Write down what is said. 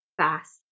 fast